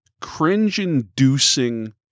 cringe-inducing